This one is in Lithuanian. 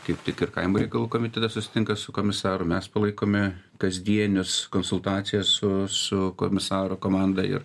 kaip tik ir kaimo reikalų komitetas susitinka su komisaru mes palaikome kasdienes konsultacijas su su komisaro komanda ir